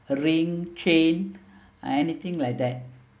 ring chain uh anything like that